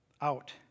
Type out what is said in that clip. out